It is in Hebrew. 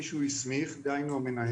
בבת זוג שאיבדו מישהו שמת